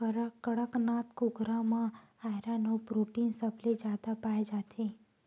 कड़कनाथ कुकरा म आयरन अउ प्रोटीन सबले जादा पाए जाथे